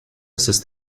assist